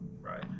Right